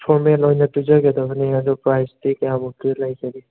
formal ꯑꯣꯏꯅ ꯇꯨꯖꯒꯗꯕꯅꯤ ꯑꯗꯨ ꯄ꯭ꯔꯥꯏꯖꯇꯤ ꯀꯌꯥꯃꯨꯛꯇꯤ ꯂꯩꯖꯔꯤ